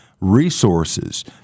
resources